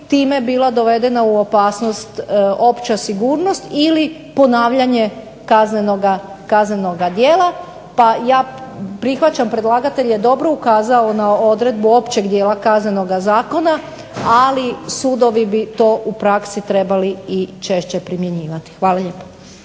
time bila dovedena u opasnost opća sigurnost ili ponavljanje kaznenoga djela, pa ja prihvaćam, predlagatelje je dobro ukazao na odredbu općeg dijela Kaznenoga zakona, ali sudovi bi to u praksi trebali i češće primjenjivati. Hvala lijepa.